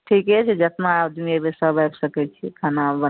ठीके छै जेतना आदमी एबै सब आबि सकैत छी खाना बन